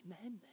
Amen